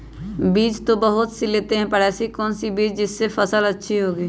बीज तो बहुत सी लेते हैं पर ऐसी कौन सी बिज जिससे फसल अच्छी होगी?